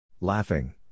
Laughing